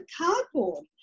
cardboard